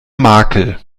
makel